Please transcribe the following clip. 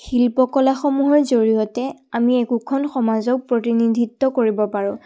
শিল্পকলাসমূহৰ জৰিয়তে আমি একোখন সমাজক প্ৰতিনিধিত্ব কৰিব পাৰোঁ